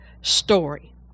story